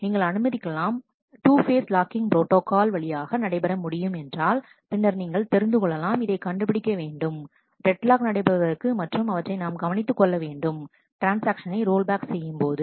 நீங்கள் அனுமதிக்கலாம் 2 phase locking protocol வழியாக நடைபெற முடியும் என்றால் பின்னர் நீங்கள் தெரிந்து கொள்ளலாம் இதை கண்டுபிடிக்க வேண்டும் டெட்லாக் நடைபெறுவதற்கு மற்றும் அவற்றை நாம் கவனித்துக் கொள்ள வேண்டும் ட்ரான்ஸ்ஆக்ஷனை ரோல் பேக் செய்யும்போது